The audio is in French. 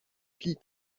plis